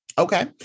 Okay